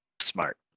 Smart